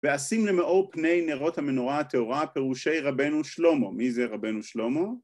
ואשים למאור פני נרות המנורה הטהורה פירושי רבנו שלמה, מי זה רבנו שלמה?